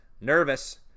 Nervous